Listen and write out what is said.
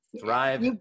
thrive